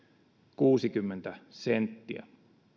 kuusikymmentä senttiä